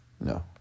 No